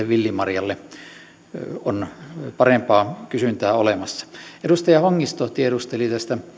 villimarjalle on parempaa kysyntää olemassa edustaja hongisto tiedusteli